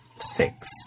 six